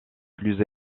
plus